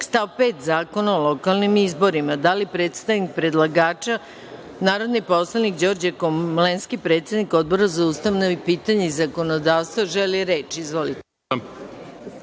stav 5. Zakona o lokalnim izborima. Da li predstavnik predlagača, narodni poslanik Đorđe Komlenski, predsednik Odbora za ustavna pitanja i zakonodavstvo, želi reč?